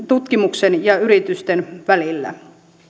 tutkimuksen ja yritysten välillä